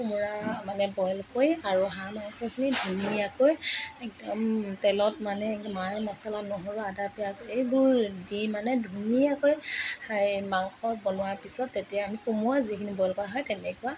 কোমোৰা মানে বইল কৰি আৰু হাঁহ মাংসখিনি ধুনীয়াকৈ একদম তেলত মানে মায়ে মছলা নহৰু আদা পিঁয়াজ এইবোৰ দি মানে ধুনীয়াকৈ হেই মাংস বনোৱাৰ পিছত তেতিয়া আমি কোমোৰা যিখিনি বইল কৰা হয় তেনেকুৱা